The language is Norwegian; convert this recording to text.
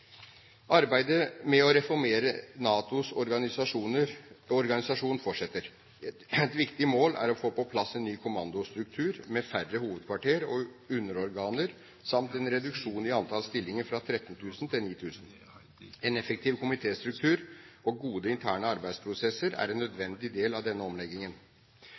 Arbeidet med å reformere NATOs organisasjon fortsetter. Et viktig mål er å få på plass en ny kommandostruktur med færre hovedkvarter og underorganer samt en reduksjon i antall stillinger, fra 13 000 til 9 000. En effektiv komitéstruktur og gode interne arbeidsprosesser er en nødvendig del av denne omleggingen.